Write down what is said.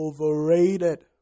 overrated